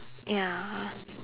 ya